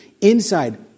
inside